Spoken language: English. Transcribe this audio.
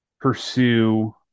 pursue